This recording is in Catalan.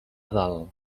dalt